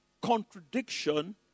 contradiction